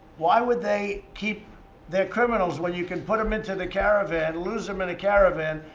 why would they keep their criminals when you can put them into the caravan, lose them in a caravan,